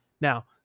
Now